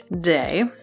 day